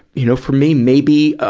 you know, for me, maybe,